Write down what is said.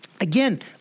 Again